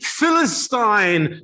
Philistine